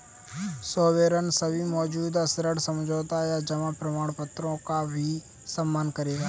sovereign सभी मौजूदा ऋण समझौतों या जमा प्रमाणपत्रों का भी सम्मान करेगा